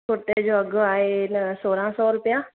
कुरिते जो अघु आहे न सोरहां सौ रुपिया